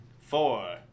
Four